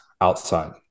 outside